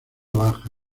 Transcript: baja